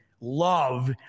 love